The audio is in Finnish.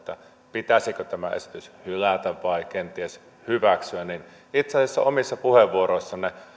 pitäisikö tämä esitys hylätä vai kenties hyväksyä niin itse asiassa omissa puheenvuoroissanne